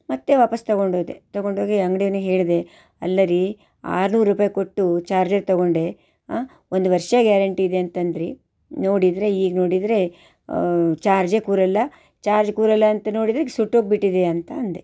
ಮತ್ತೆ ವಾಪಸ್ ತೊಗೊಂಡೋದೆ ತೊಗೊಂಡೋಗಿ ಅಂಗ್ಡಿಯವ್ನಿಗೆ ಹೇಳಿದೆ ಅಲ್ಲರೀ ಆರ್ನೂರು ರೂಪಾಯಿ ಕೊಟ್ಟು ಚಾರ್ಜರ್ ತೊಗೊಂಡೆ ಆಂ ಒಂದು ವರ್ಷ ಗ್ಯಾರಂಟಿ ಇದೆ ಅಂತಂದಿರಿ ನೋಡಿದರೆ ಈಗ ನೋಡಿದರೆ ಚಾರ್ಜೇ ಕೂರೋಲ್ಲ ಚಾರ್ಜ್ ಕೂರೋಲ್ಲ ಅಂತ ನೋಡಿದರೆ ಇದು ಸುಟ್ಟೋಗಿಬಿಟ್ಟಿದೆ ಅಂತ ಅಂದೆ